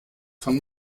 von